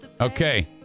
Okay